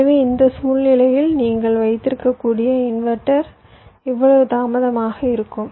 எனவே இந்த சூழ்நிலையில் நீங்கள் வைத்திருக்கக்கூடிய இன்வெர்ட்டர் இவ்வளவு தாமதமாக இருக்கும்